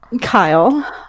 Kyle